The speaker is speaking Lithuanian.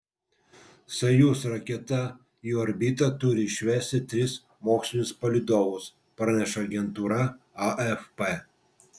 sojuz raketa į orbitą turi išvesti tris mokslinius palydovus praneša agentūra afp